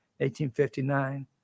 1859